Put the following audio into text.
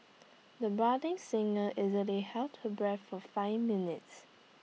the budding singer easily held her breath for five minutes